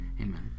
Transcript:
Amen